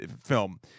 film